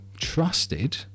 trusted